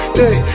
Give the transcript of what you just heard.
day